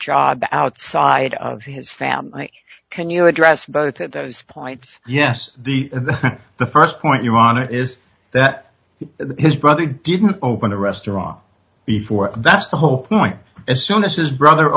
job outside of his family can you address both of those points yes the the st point you were on is that his brother didn't open a restaurant before that's the whole point as soon as his brother